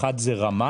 האחד זה רמה,